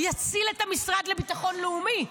יציל את המשרד לביטחון לאומי,